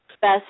best